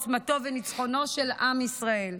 עוצמתו וניצחונו של עם ישראל.